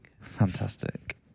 Fantastic